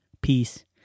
peace